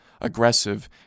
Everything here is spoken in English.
aggressive